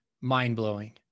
mind-blowing